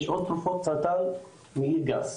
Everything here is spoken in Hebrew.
יש עוד תרופות לסרטן מעי גס,